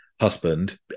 husband